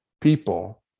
people